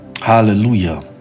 Hallelujah